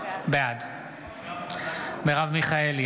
בעד מרב מיכאלי,